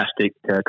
fantastic